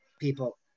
people